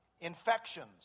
Infections